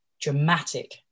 dramatic